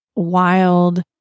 Wild